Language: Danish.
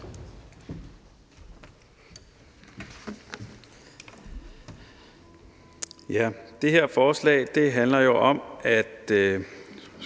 Det her forslag handler om at